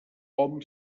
hom